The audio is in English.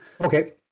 Okay